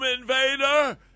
invader